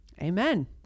Amen